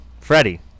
Freddie